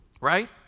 Right